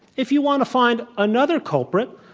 if you want to find another culprit,